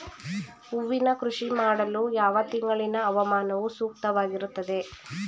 ಹೂವಿನ ಕೃಷಿ ಮಾಡಲು ಯಾವ ತಿಂಗಳಿನ ಹವಾಮಾನವು ಸೂಕ್ತವಾಗಿರುತ್ತದೆ?